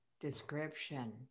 description